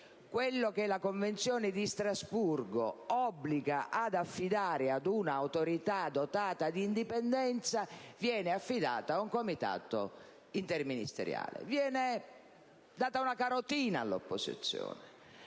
quello che la Convenzione di Strasburgo obbliga ad affidare ad un'Autorità dotata di indipendenza viene affidato invece ad un comitato interministeriale. Viene data una "carotina" all'opposizione,